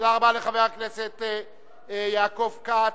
תודה רבה לחבר הכנסת יעקב כץ,